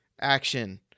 Action